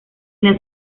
las